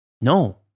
No